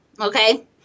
okay